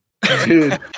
dude